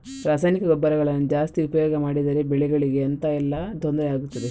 ರಾಸಾಯನಿಕ ಗೊಬ್ಬರಗಳನ್ನು ಜಾಸ್ತಿ ಉಪಯೋಗ ಮಾಡಿದರೆ ಬೆಳೆಗಳಿಗೆ ಎಂತ ಎಲ್ಲಾ ತೊಂದ್ರೆ ಆಗ್ತದೆ?